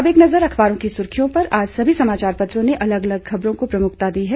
अब एक नज़र अखबारों की सुर्खियों पर आज सभी समाचार पत्रों ने अलग अलग खबरों को प्रमुखता दी है